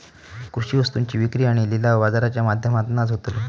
कृषि वस्तुंची विक्री आणि लिलाव बाजाराच्या माध्यमातनाच होतलो